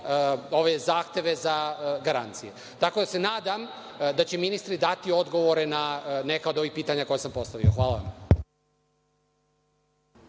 ove zahteve za garancije. Tako da se nadam, da će ministri dati odgovore na ova pitanja koja sam postavio. Hvala.